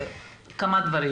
כמה דברים.